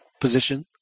position